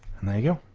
and there you